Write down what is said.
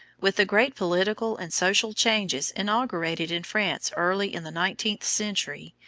with the great political and social changes inaugurated in france early in the nineteenth century,